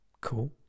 cool